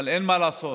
אבל אין מה לעשות,